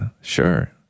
Sure